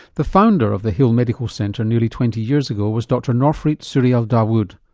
the founder of the hill medical centre nearly twenty years ago was dr norfreet sourial dawood.